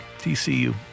TCU